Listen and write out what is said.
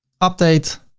update.